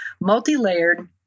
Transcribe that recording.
multi-layered